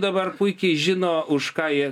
dabar puikiai žino už ką jie